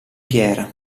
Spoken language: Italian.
pier